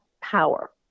power